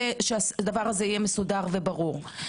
הדבר הזה צריך להיות מסודר וברור.